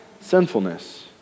sinfulness